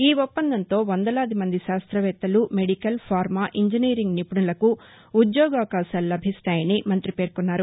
ఈ ఒప్పందంతో వందలాది మంది శాస్ట్రవేత్తలు మెడికల్ ఫార్మా ఇంజినీరింగ్ నిపుణులకు ఉద్యోగవకాశాలు లభిస్తాయని మంత్రి పేర్కొన్నారు